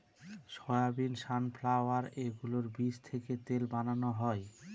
soybean, sunflower এগুলোর বীজ থেকে তেল বানানো হয়